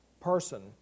person